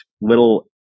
little